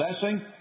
blessing